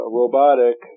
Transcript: robotic